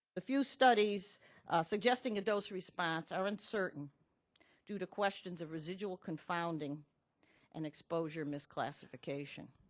a few studies suggesting a dose response are uncertain due to questions of residual confounding and exposure misclassification.